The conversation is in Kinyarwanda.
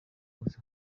gusa